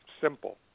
Simple